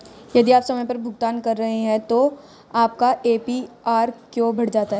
यदि आप समय पर भुगतान कर रहे हैं तो आपका ए.पी.आर क्यों बढ़ जाता है?